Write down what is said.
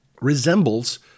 resembles